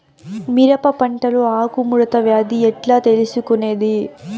మిరప పంటలో ఆకు ముడత వ్యాధి ఎట్లా తెలుసుకొనేది?